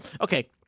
Okay